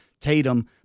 Tatum